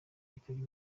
yitabye